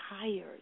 tired